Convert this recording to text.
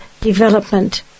development